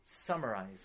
summarize